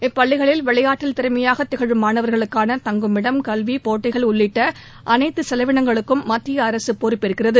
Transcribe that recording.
இப்பள்ளிகளில் விளையாட்டில் திறமையாக திகழும் மாணவர்களுக்காள தங்குமிடம் கல்வி போட்டிகள் உள்ளிட்ட அனைத்து செலவினங்களுக்கும் மத்திய அரசு பொறுப்பேற்கிறது